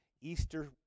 Easter